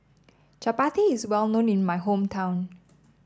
Chapati is well known in my hometown